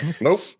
Nope